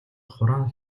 хураан